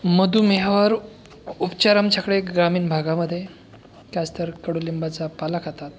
मधुमेहावर उपचार आमच्याकडे ग्रामीण भागामध्ये जास्त कडुलिंबाचा पाला खातात